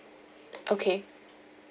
okay